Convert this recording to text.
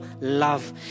love